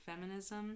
feminism